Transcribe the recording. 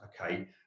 okay